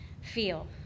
feel